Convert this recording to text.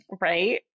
right